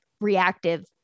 reactive